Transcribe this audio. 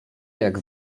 jak